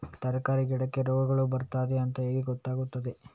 ತರಕಾರಿ ಗಿಡಕ್ಕೆ ರೋಗಗಳು ಬರ್ತದೆ ಅಂತ ಹೇಗೆ ಗೊತ್ತಾಗುತ್ತದೆ?